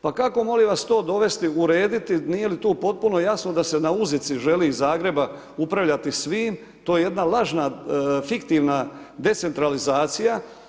Pa kako molim vas to dovesti, urediti, nije li tu potpuno jasno da se na uzici želi iz Zagreba upravljati svim, to je jedna lažna fiktivna decentralizacija.